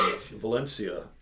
Valencia